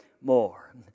more